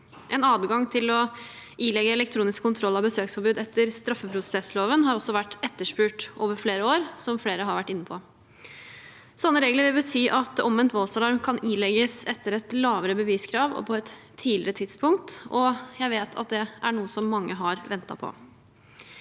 En adgang til å ilegge elektronisk kontroll av besøks forbud etter straffeprosessloven har også vært etterspurt over flere år, som flere har vært inne på. Sånne regler vil bety at omvendt voldsalarm kan ilegges etter et lavere beviskrav og på et tidligere tidspunkt, og jeg vet at det er noe som mange har ventet på.